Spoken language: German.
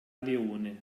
leone